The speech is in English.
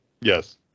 yes